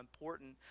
important